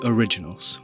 Originals